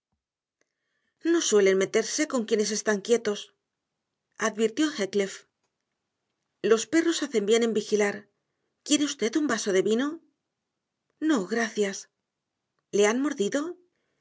no suelen meterse con quienes están quietos advirtió heathcliff los perros hacen bien en vigilar quiere usted un vaso de vino no gracias le han mordido